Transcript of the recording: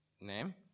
name